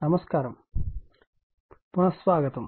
నమస్కారం పునః స్వాగతం